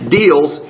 deals